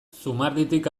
zumarditik